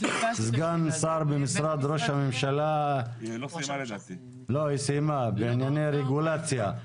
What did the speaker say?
סגן שר במשרד ראש הממשלה לענייני רגולציה.